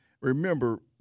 Remember